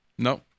No